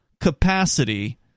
capacity